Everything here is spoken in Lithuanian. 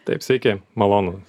taip sveiki malonu